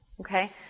Okay